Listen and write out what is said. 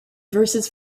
verses